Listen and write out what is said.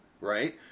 right